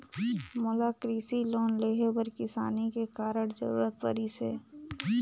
मोला कृसि लोन लेहे बर किसानी के कारण जरूरत परिस हे